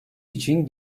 için